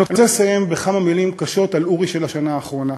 אני רוצה לסיים בכמה מילים קשות של אורי של השנה האחרונה.